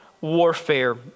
warfare